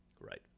Right